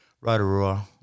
Rotorua